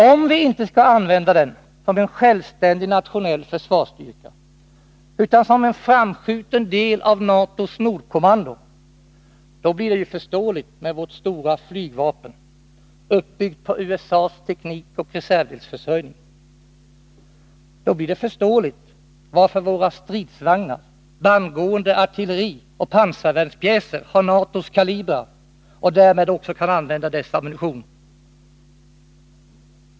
Om vi inte skall använda den som en självständig nationell försvarsstyrka utan som en framskjuten del av NATO:s nordkommando, då blir det ju förståeligt med vårt stora flygvapen, uppbyggt på USA:s teknik och reservdelsförsörjning. Då blir det förståeligt varför våra stridsvagnar, vårt bandgående artilleri och våra pansarvärnspjäser har NATO:s kalibrar och därmed kan använda dess ammunition.